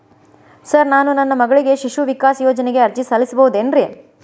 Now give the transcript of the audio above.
Sir ನಾನು ನನ್ನ ಮಗಳಿಗೆ ಶಿಶು ವಿಕಾಸ್ ಯೋಜನೆಗೆ ಅರ್ಜಿ ಸಲ್ಲಿಸಬಹುದೇನ್ರಿ?